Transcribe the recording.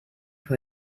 for